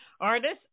Artist